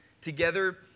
together